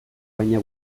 baina